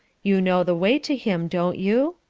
you know the way to him, don't you?